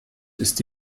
ist